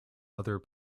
other